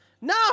No